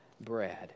bread